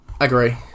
agree